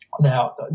Now